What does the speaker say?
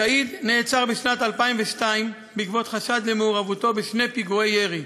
קאיד נעצר בשנת 2002 בעקבות חשד למעורבותו בשני פיגועי ירי.